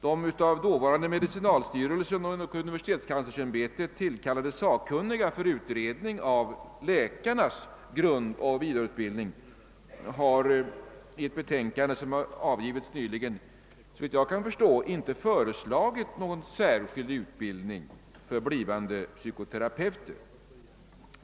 De av dåvarande medicinalstyrelsen och universitetskanslersämbetet tillkallade sakkunniga för utredning av läkarnas grundoch vidareutbildning har i ett nyligen avgivet betänkande såvitt jag förstår inte föreslagit någon särskild utbildning för blivande psykoterapeuter.